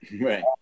Right